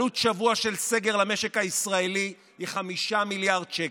עלות שבוע של סגר למשק הישראלי היא 5 מיליארד שקל.